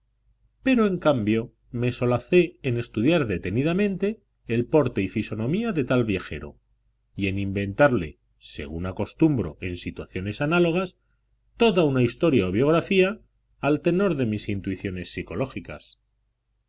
pero en cambio me solacé en estudiar detenidamente el porte y fisonomía del tal viajero y en inventarle según acostumbro en situaciones análogas toda una historia o biografía al tenor de mis intuiciones psicológicas